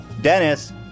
Dennis